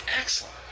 Excellent